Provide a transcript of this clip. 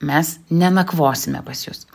mes nenakvosime pas jus